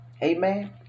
amen